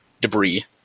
debris